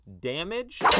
damage